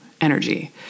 energy